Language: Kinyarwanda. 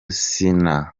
sina